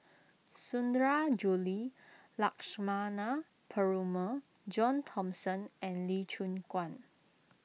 Sundarajulu Lakshmana Perumal John Thomson and Lee Choon Guan